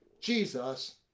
Jesus